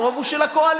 הרוב הוא של הקואליציה.